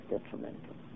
detrimental